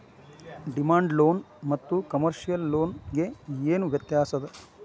Demand loan ಮತ್ತ commercial loan ಗೆ ಏನ್ ವ್ಯತ್ಯಾಸದ?